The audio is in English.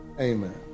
Amen